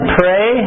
pray